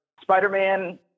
Spider-Man